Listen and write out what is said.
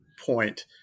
point